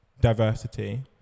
diversity